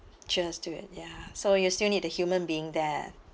just do it ya so you still need a human being there